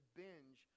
binge